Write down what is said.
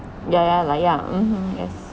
ya ya like ya mmhmm yes